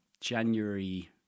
January